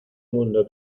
mundo